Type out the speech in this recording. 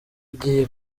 igiye